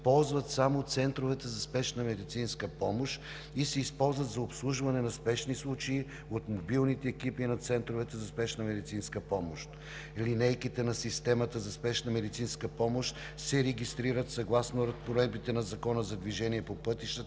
ползват само центровете за спешна медицинска помощ и се използват за обслужване на спешни случаи от мобилните екипи на центровете за спешна медицинска помощ. Линейките на системата за спешна медицинска помощ се регистрират съгласно разпоредбите на Закона за движението по пътищата